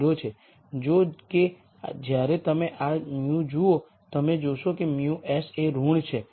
જો કે જ્યારે તમે આ μ જુઓ તમે જોશો કે μs એ ઋણ છે